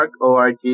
.org